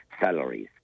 salaries